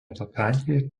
pakrantėje